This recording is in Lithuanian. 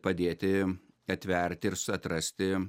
padėti atverti ir atrasti